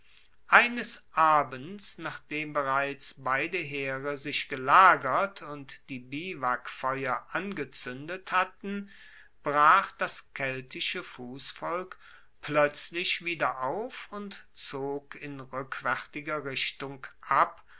eines abends nachdem bereits beide heere sich gelagert und die biwakfeuer angezuendet hatten brach das keltische fussvolk ploetzlich wieder auf und zog in rueckwaertiger richtung ab